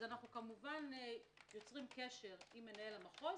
אנחנו כמובן יוצרים קשר עם מנהל המחוז,